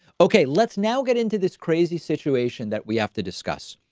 ok, let's now get into this crazy situation that we have to discuss.